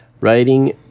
Writing